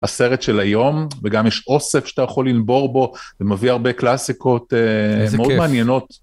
הסרט של היום, וגם יש אוסף שאתה יכול לנבור בו, ומביא הרבה קלאסיקות מאוד מעניינות.